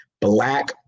black